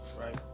right